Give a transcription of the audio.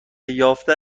یافته